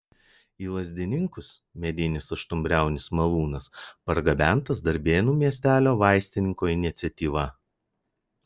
į lazdininkus medinis aštuonbriaunis malūnas pargabentas darbėnų miestelio vaistininko iniciatyva